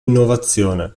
innovazione